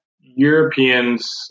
Europeans